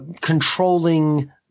controlling